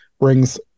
brings